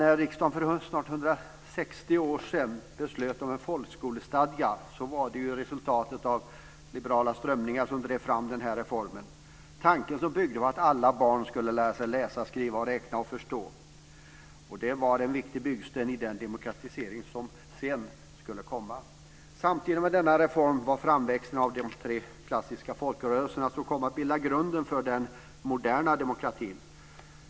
När riksdagen för snart 160 år sedan beslöt om en folkskolestadga var det resultatet av liberala strömningar som drev fram reformen. Tanken som man hade byggde på att alla barn skulle lära sig läsa, skriva, räkna och förstå. Det var en viktig byggsten i den demokratisering som sedan skulle komma. Samtidig med denna reform var framväxten av de tre klassiska folkrörelserna som kom att bilda grunden för den moderna demokratin.